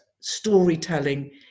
storytelling